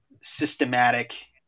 systematic